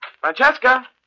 Francesca